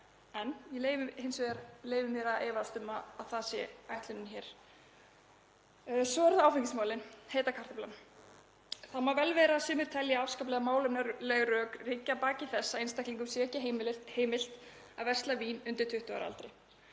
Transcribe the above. mér hins vegar að efast um að það sé ætlunin hér. Svo eru það áfengismálin, heita kartaflan. Það má vel vera að sumir telji afskaplega málefnaleg rök liggja að baki þess að einstaklingum sé ekki heimilt að versla vín undir 20 ára aldri.